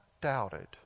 doubted